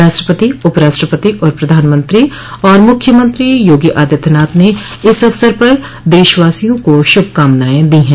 राष्ट्रपति उपराष्ट्रपति और प्रधानमंत्री और मुख्यमंत्री योगी आदित्यनाथ ने इस अवसर पर देशवासियों को श्रभकामनाएं दी हैं